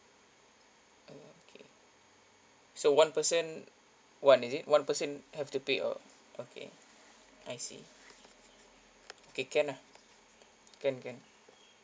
okay so one person one is it one person have to pay all okay I see okay can lah can can